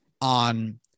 on